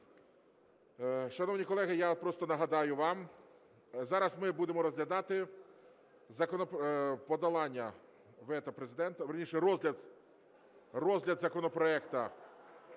Шановні колеги, я просто нагадаю вам, зараз ми будемо розглядати подолання вето